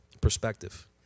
perspective